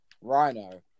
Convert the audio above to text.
rhino